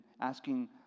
asking